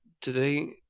today